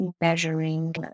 measuring